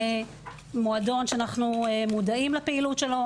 זה מועדון שאנחנו מודעים לפעילות שלו.